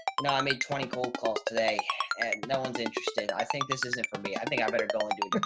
you know, i made twenty cold calls today and no one's interested. i think this isn't for me. i think i better go and do it here.